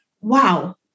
Wow